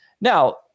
Now